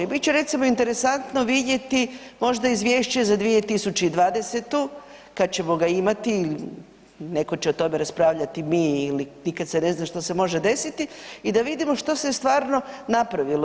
I bit će recimo interesantno vidjeti može izvješće za 2020. kada ćemo ga imati, netko će o tome raspravljati mi ili nikad se ne zna što se može desiti, i da vidimo što se stvarno napravilo.